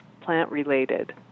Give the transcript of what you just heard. plant-related